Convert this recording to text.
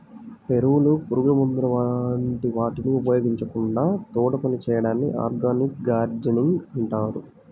ఎరువులు, పురుగుమందుల వంటి వాటిని ఉపయోగించకుండా తోటపని చేయడాన్ని ఆర్గానిక్ గార్డెనింగ్ అంటారు